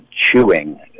chewing